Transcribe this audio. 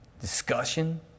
discussion